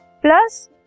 plus